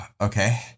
Okay